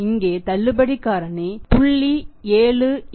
இங்கே தள்ளுபடி காரணி 0